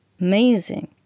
Amazing